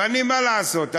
ומה לעשות,